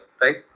right